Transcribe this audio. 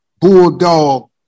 bulldog